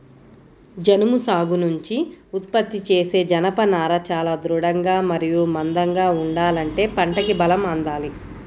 జనుము సాగు నుంచి ఉత్పత్తి చేసే జనపనార చాలా దృఢంగా మరియు మందంగా ఉండాలంటే పంటకి బలం అందాలి